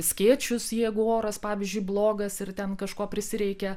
skėčius jeigu oras pavyzdžiui blogas ir ten kažko prisireikia